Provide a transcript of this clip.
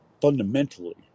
fundamentally